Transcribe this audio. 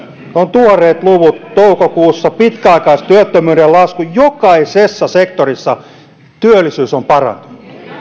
tuoreet luvut toukokuussa pitkäaikaistyöttömyyden laskua jokaisessa sektorissa työllisyys on parantunut